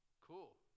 Cool